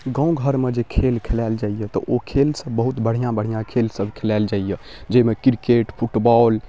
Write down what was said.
गामघरमे जे खेल खेलाएल जाइए तऽ ओ खेलसब बहुत बढ़िआँ बढ़िआँ खेलसब खेलाएल जाइए जाहिमे किरकेट फुटबॉल